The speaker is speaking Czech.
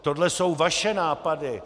Tohle jsou vaše nápady.